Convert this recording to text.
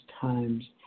times